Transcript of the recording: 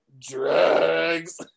drugs